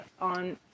on